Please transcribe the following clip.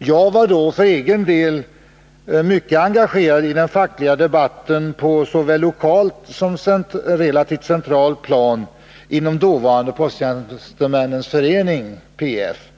För egen del var jag vid den tiden mycket engagerad i den fackliga debatten på såväl lokalt som relativt centralt plan inom dåvarande Posttjänstemännens förening, PF.